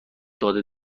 داده